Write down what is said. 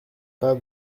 pas